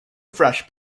fresh